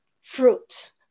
fruits